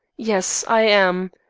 yes, i am.